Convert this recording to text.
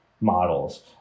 models